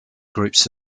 groups